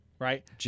Right